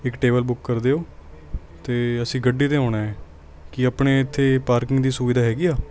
ਇੱਕ table book ਕਰ ਦਿਓ ਅਤੇ ਅਸੀਂ ਗੱਡੀ 'ਤੇ ਆਉਣਾ ਹੈ ਕੀ ਆਪਣੇ ਇੱਥੇ ਪਾਰਕਿੰਗ ਦੀ ਸੁਵਿਧਾ ਹੈਗੀ ਆ